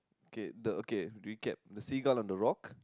K the okay recap the sea ground on the rock